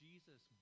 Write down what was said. Jesus